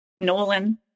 Nolan